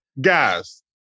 guys